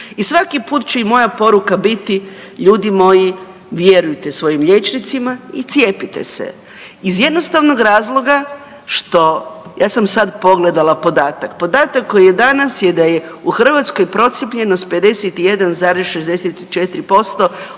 I svaki put će i moja poruka biti, ljudi moji, vjerujte svojim liječnicima i cijepite se. Iz jednostavnog razloga što, ja sam sad pogledala podatak, podatak koji je danas je da je Hrvatskoj procijepljenost 51,64%